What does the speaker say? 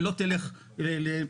ולא תלך לאלמוגים,